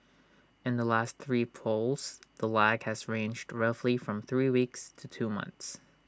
in the last three polls the lag has ranged roughly from three weeks to two months